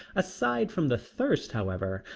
aside from the thirst, however,